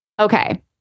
Okay